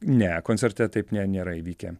ne koncerte taip ne nėra įvykę